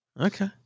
Okay